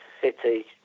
City